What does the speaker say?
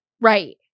Right